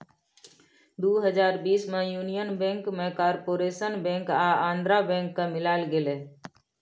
दु हजार बीस मे युनियन बैंक मे कारपोरेशन बैंक आ आंध्रा बैंक केँ मिलाएल गेलै